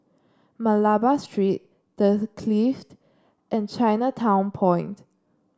Malabar Street The Clift and Chinatown Point